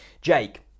Jake